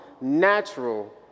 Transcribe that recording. natural